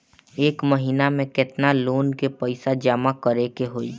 एक महिना मे केतना लोन क पईसा जमा करे क होइ?